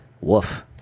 woof